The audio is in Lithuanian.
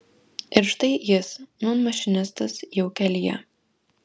ir štai jis nūn mašinistas jau kelyje